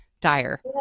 dire